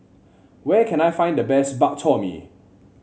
where can I find the best Bak Chor Mee